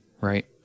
Right